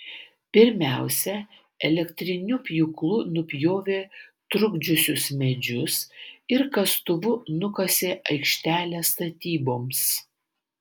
pirmiausia elektriniu pjūklu nupjovė trukdžiusius medžius ir kastuvu nukasė aikštelę statyboms